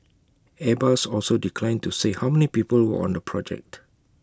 airbus also declined to say how many people were on the project